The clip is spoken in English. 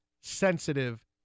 sensitive